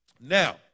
Now